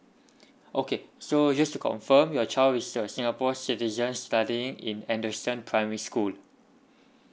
okay so just to confirm your child is a singapore citizen studying in anderson primary school